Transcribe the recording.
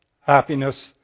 happiness